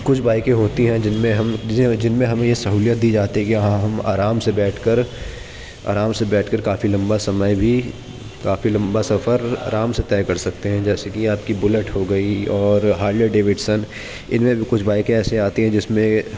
کچھ بائیکیں ہوتی ہیں جن میں ہم جن میں ہمیں یہ سہولیت دی جاتی ہے کہ ہاں ہم آرام سے بیٹھ کر آرام سے بیٹھ کر کافی لمبا سمئے بھی کافی لمبا سفر آرام سے طے کر سکتے ہیں جیسے کہ آپ کی بلٹ ہو گئی اور ہارلے ڈیوڈسن ان میں بھی کچھ بائیکیں ایسی آتی ہیں جس میں